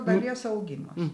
dalies augimas